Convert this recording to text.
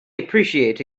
appreciate